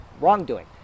wrongdoing